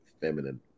feminine